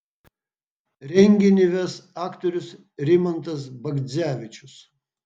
renginį ves aktorius rimantas bagdzevičius